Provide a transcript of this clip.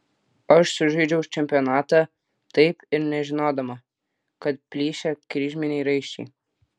aš sužaidžiau čempionatą taip ir nežinodama kad plyšę kryžminiai raiščiai